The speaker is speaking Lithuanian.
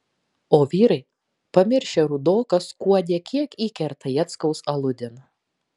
o vyrai pamiršę rudoką skuodė kiek įkerta jackaus aludėn